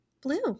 blue